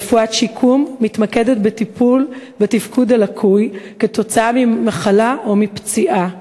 רפואת שיקום מתמקדת בטיפול בתפקוד הלקוי כתוצאה ממחלה או מפציעה.